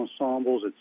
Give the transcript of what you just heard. ensembles